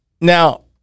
Now